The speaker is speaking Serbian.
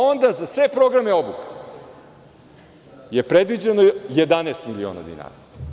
Onda, za sve programe obuka je predviđeno 11 miliona dinara.